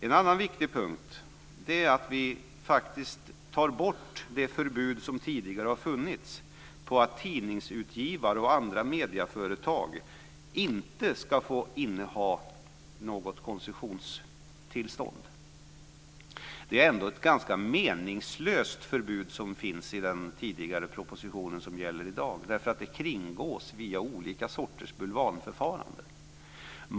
En annan viktig punkt är att vi tar bort det förbud som tidigare har funnits mot att tidningsutgivare och andra medieföretag inte ska få inneha något koncessionstillstånd. Det är ändå ett ganska meningslöst förbud, det som finns i den tidigare propositionen och som gäller i dag, eftersom det kringgås via olika sorters bulvanförfaranden.